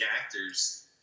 actors